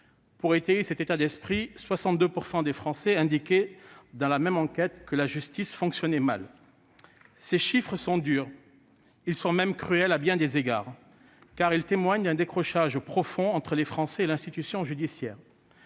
judiciaire et 62 % des Français indiquaient que la justice fonctionnait mal. Ces chiffres sont durs, ils sont même cruels à bien des égards, car ils témoignent d'un décrochage profond entre les Français et l'institution judiciaire.